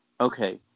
Okay